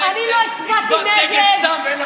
הצבעת נגד סתם,